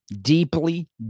deeply